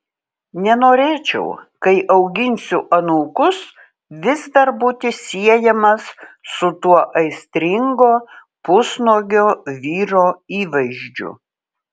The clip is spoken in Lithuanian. nenorėčiau kai auginsiu anūkus vis dar būti siejamas su tuo aistringo pusnuogio vyro įvaizdžiu